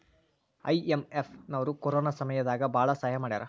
IMF ನವ್ರು corona ಸಮಯ ದಾಗ ಭಾಳ ಸಹಾಯ ಮಾಡ್ಯಾರ